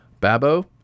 Babbo